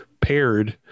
paired